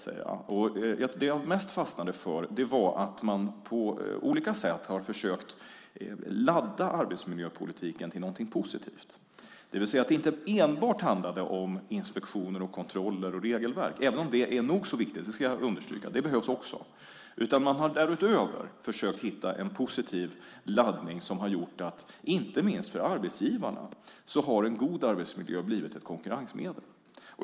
Det jag mest fastnade för var att man på olika sätt har försökt ladda arbetsmiljöpolitiken till något positivt, det vill säga att det inte enbart handlade om inspektioner, kontroller och regelverk, även om jag ska understryka att det är nog så viktigt. Det behövs också. Därutöver har man försökt hitta en positiv laddning. Inte minst för arbetsgivarna har en god arbetsmiljö blivit ett konkurrensmedel.